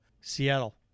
Seattle